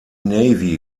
navy